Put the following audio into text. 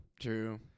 True